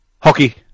Hockey